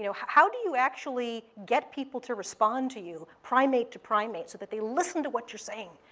you know how do you actually get people to respond to you, primate to primate, so that they listen to what you're saying?